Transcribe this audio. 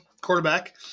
quarterback